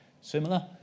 similar